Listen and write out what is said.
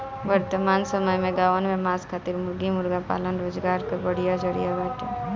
वर्तमान समय में गांवन में मांस खातिर मुर्गी मुर्गा पालन रोजगार कअ बढ़िया जरिया बाटे